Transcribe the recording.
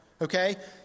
Okay